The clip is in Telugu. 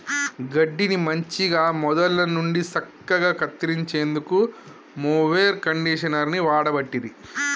గడ్డిని మంచిగ మొదళ్ళ నుండి సక్కగా కత్తిరించేందుకు మొవెర్ కండీషనర్ని వాడబట్టిరి